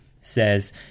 says